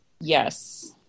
Yes